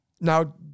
Now